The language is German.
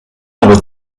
aber